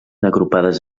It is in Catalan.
agrupades